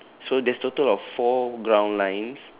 so there's total of four ground lines